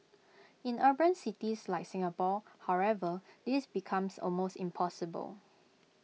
in urban cities like Singapore however this becomes almost impossible